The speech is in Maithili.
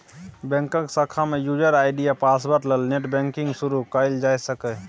बैंकक शाखा सँ युजर आइ.डी आ पासवर्ड ल नेट बैंकिंग शुरु कयल जा सकैए